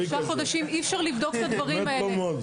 שלושה חודשים אי אפשר לבדוק את הדברים האלה.